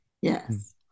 Yes